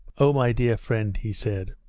oh, my dear friend he said.